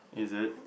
is it